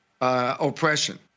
oppression